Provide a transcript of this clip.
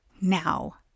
now